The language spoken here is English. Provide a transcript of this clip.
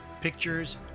pictures